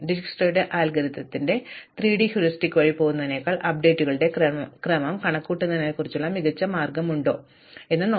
ഡിജ്സ്ക്രയുടെ അൽഗോരിത്തിന്റെ 3D heuristics വഴി പോകുന്നതിനേക്കാൾ അപ്ഡേറ്റുകളുടെ ക്രമം കണക്കുകൂട്ടുന്നതിനുള്ള മികച്ച മാർഗമുണ്ടോ